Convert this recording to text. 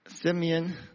Simeon